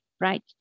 right